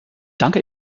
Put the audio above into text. danke